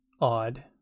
odd